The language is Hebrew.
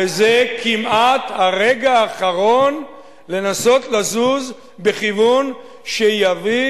וזה כמעט הרגע האחרון לנסות לזוז בכיוון שיביא